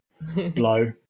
blow